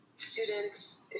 students